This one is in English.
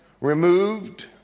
removed